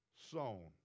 sown